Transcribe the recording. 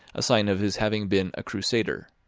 a sign of his having been a crusader.